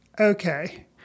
okay